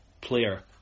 player